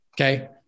Okay